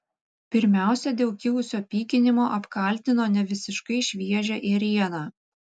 pirmiausia dėl kilusio pykinimo apkaltino nevisiškai šviežią ėrieną